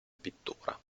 pittura